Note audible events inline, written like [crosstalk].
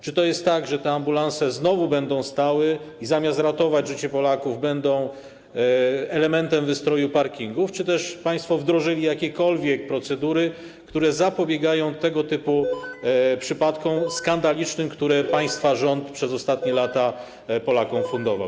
Czy to jest tak, że te ambulanse znowu będą stały i zamiast ratować życie Polaków, będą elementem wystroju parkingów, czy też państwo wdrożyli jakiekolwiek procedury, które zapobiegają tego typu [noise] skandalicznym przypadkom, które państwa rząd przez ostatnie lata Polakom fundował?